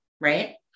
right